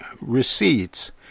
receipts